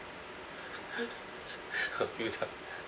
a few times